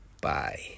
Bye